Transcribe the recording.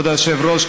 כבוד היושב-ראש,